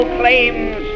claims